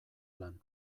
lan